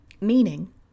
Meaning